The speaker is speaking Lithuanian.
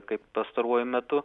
kaip pastaruoju metu